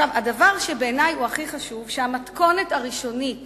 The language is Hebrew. הדבר שבעיני הכי חשוב הוא שהמתכונת הראשונית